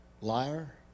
liar